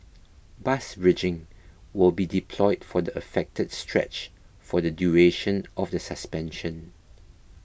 bus bridging will be deployed for the affected stretch for the duration of the suspension